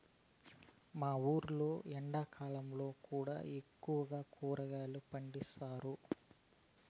మా ఊర్లో ఎండాకాలంలో కూడా ఎక్కువగా కూరగాయలు పండిస్తారు